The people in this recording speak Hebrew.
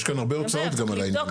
יש כאן הרבה הוצאות גם על העניין הזה.